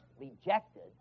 rejected